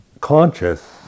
conscious